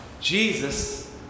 Jesus